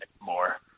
more